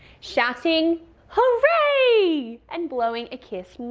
shouting hooray and blowing a kiss.